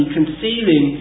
Concealing